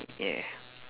ya